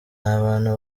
abantu